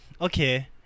Okay